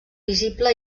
visible